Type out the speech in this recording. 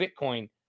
Bitcoin